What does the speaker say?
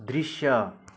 दृश्य